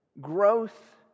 Growth